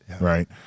right